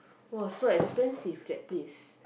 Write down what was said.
!wah! so expensive that place